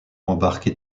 embarquer